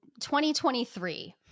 2023